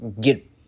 get